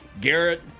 Garrett